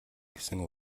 гэсэн